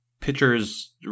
pitchers